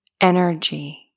energy